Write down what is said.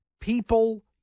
people